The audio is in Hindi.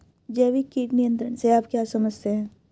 जैविक कीट नियंत्रण से आप क्या समझते हैं?